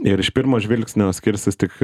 ir iš pirmo žvilgsnio skirsis tik